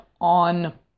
on